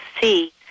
see